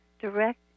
direct